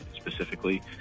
specifically